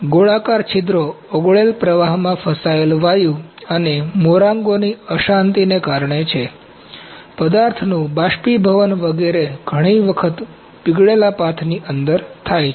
ગોળાકાર છિદ્રો ઓગળેલા પ્રવાહમાં ફસાયેલા વાયુ અને મેરાંગોની અશાંતિને કારણે છે પદાર્થનું બાષ્પીભવન વગેરે ઘણીવાર પીગળેલા પાથની અંદર થાય છે